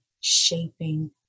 shaping